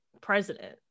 president